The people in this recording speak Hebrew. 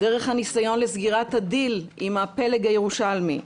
דרך הניסיון לסגירת הדיל עם הפלג הירושלמי,